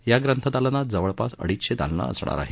या ग्रंथदालनात जवळपास अडीचशे दालनं असणार आहेत